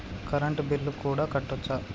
Current bill కూడా కట్టొచ్చా?